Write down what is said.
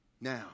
Now